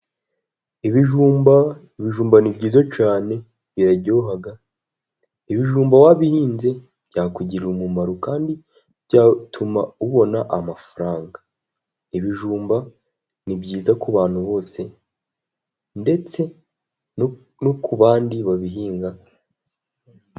Ibijumba ibijumba ni byiza cyane biraryohaha, ibijumba wabihinze byakugirira umumaro kandi byatuma ubona amafaranga. Ibijumba ni byiza ku bantu bose ndetse no ku bandi babihinga.